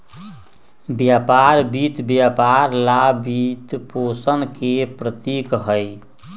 व्यापार वित्त व्यापार ला वित्तपोषण के प्रतीक हई,